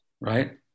right